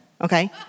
okay